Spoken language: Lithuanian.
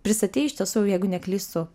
pristatei iš tiesų jeigu neklystu